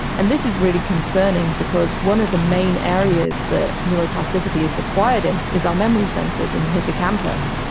and this is really concerning because one of the main areas that neuroplasticity is required in is our memory centres in the hippocampus.